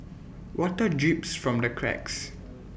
water drips from the cracks